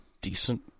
decent